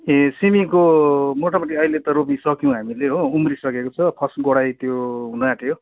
ए सिमीको मोटामोटी अहिले त रोपिसक्यौँ हामीले हो उम्रिसकेको छ फर्स्ट गोडाइ त्यो हुन आँट्यो